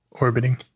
orbiting